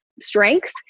strengths